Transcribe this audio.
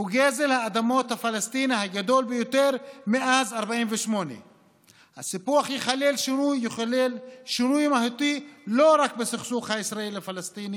הוא גזל האדמות הפלסטיניות הגדול ביותר מאז 1948. הסיפוח יחולל שינוי מהותי לא רק בסכסוך הישראלי פלסטיני